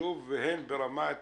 המחשוב והן ברמת